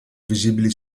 visibili